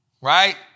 Right